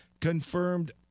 confirmed